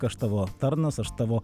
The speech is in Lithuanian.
aš tavo tarnas aš tavo